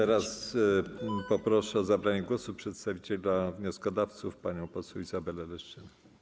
Teraz proszę o zabranie głosu przedstawiciela wnioskodawców panią poseł Izabelę Leszczynę.